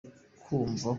kwumva